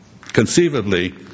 Conceivably